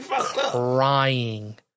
crying